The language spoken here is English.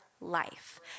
life